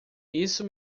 isso